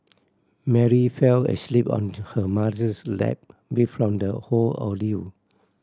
Mary fell asleep on her mother's lap beat from the whole ordeal